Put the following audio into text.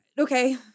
okay